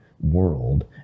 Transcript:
world